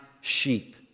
sheep